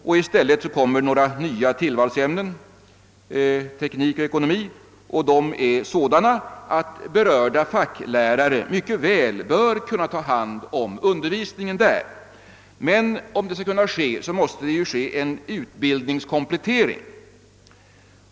I stället tillkommer några nya tillvalsämnen, teknik och ekonomi, som är sådana att berörda facklärare mycket väl bör kunna ta hand om undervisningen, om de får tillfälle till en utbildningskomplettering.